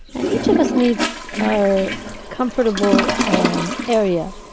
and each of us needs our comfortable area.